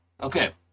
okay